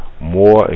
more